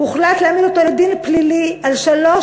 הוחלט להעמיד אותו לדין פלילי על שלוש